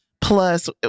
plus